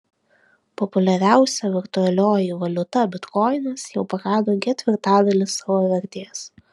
populiariausia virtualioji valiuta bitkoinas jau prarado ketvirtadalį savo vertės